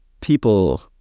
people